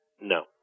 No